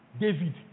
David